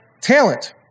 talent